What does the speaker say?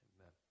Amen